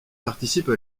participe